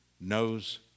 knows